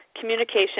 communication